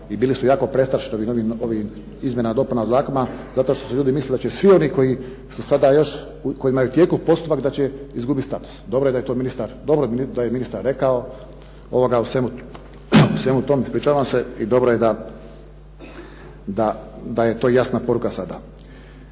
i bili su jako prestrašeni ovim izmjenama i dopunama zakona zato što su ljudi mislili da će svi oni kojima je u tijeku postupak da će izgubiti status. Dobro da je ministar rekao u svemu tome i dobro je da je to jasna poruka sada.